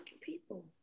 people